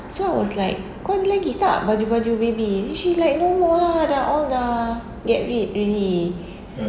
so I was like kau ni ada lagi tak baju-baju baby then she like no more lah dah all dah get rid already